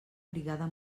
brigada